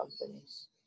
companies